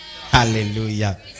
hallelujah